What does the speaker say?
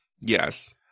Yes